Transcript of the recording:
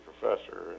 professor